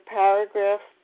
paragraph